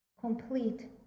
complete